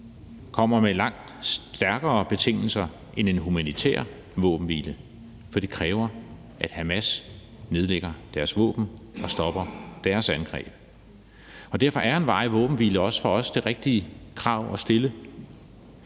med langt stærkere betingelser end en humanitær våbenhvile, for det kræver, at Hamas nedlægger deres våben og stopper deres angreb. Derfor er en varig våbenhvile også det rigtige krav at stille.